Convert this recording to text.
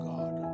God